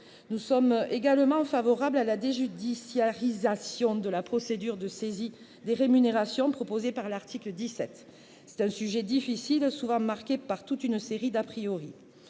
Nous sommes également favorables à la déjudiciarisation de la procédure de saisie des rémunérations prévue à l'article 17. C'est un sujet difficile, souvent marqué par des.